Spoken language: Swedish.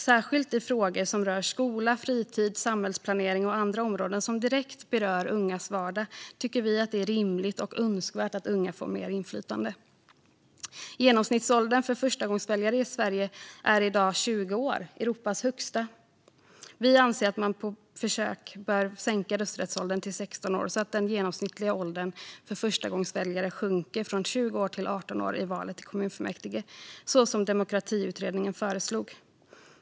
Särskilt i frågor som rör skola, fritid, samhällsplanering och andra områden som direkt berör ungas vardag tycker vi att det är rimligt och önskvärt att unga får mer inflytande. Genomsnittsåldern för förstagångsväljare i Sverige är i dag 20 år, och det är Europas högsta. Vi anser att man på försök bör sänka rösträttsåldern till 16 år så att den genomsnittliga åldern för förstagångsväljare sjunker från 20 år till 18 år i valet till kommunfullmäktige, så som Demokratiutredningen föreslog.